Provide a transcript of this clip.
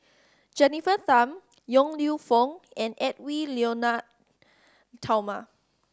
Jennifer Tham Yong Lew Foong and Edwy Lyonet Talma